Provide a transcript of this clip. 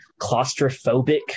claustrophobic